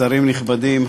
שרים נכבדים,